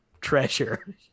treasure